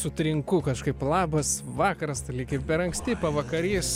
sutrinku kažkaip labas vakaras lyg ir per anksti pavakarys